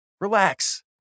Relax